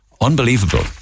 Unbelievable